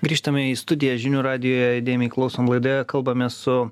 grįžtame į studiją žinių radijuje įdėmiai klausom laidoje kalbamės su